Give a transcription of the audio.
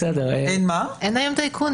אין היום טייקונים?